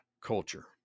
culture